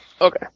Okay